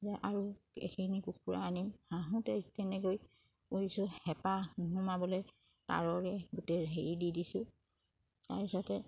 যে আৰু এখিনি কুকুৰা আনিম কেনেকৈ কৰিছোঁ হেঁপাহ নোসোমাবলে তাঁৰৰে গোটেই হেৰি দি দিছোঁ তাৰপিছতে